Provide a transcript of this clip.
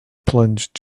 plunge